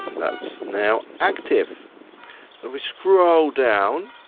that's now active. so if we scroll down,